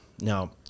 now